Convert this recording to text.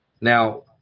Now